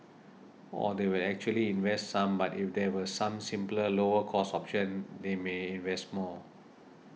or they actually invest some but if there were some simpler lower cost options they may invest more